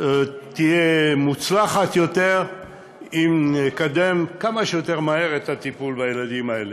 תהיה מוצלחת יותר אם נקדם כמה שיותר מהר את הטיפול בילדים האלה.